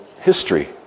history